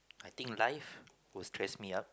I think life will stress me up